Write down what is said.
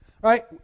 Right